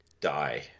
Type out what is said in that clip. die